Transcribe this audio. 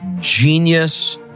genius